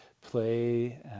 play